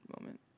moment